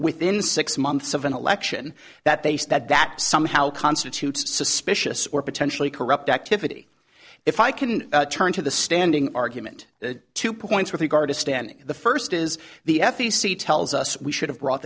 within six months of an election that they say that that somehow constitutes suspicious or potentially corrupt activity if i can turn to the standing argument the two points with regard to standing the first is the f e c tells us we should have brought